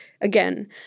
again